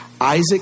Isaac